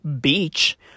beach